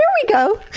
we go!